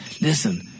Listen